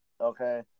okay